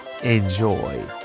Enjoy